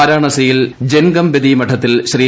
വാരാണസിയിൽ ജൻഗംബദി മഠത്തിൽ ശ്രീ